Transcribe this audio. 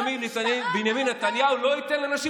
ימין על מלא מלא.